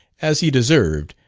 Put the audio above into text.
as he deserved,